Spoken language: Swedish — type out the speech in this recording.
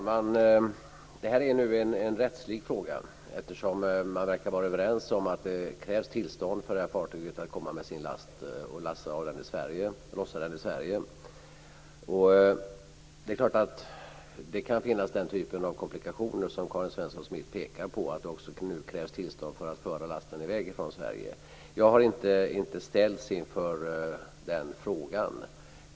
Herr talman! Det här är en rättslig fråga, eftersom man verkar vara överens om att det krävs tillstånd för detta fartyg att lossa sin last i Sverige. Det är klart att det kan finnas den typen av komplikationer som Karin Svensson Smith pekar på och att det nu krävs tillstånd för att föra i väg lasten från Sverige. Jag har inte ställts inför den frågan.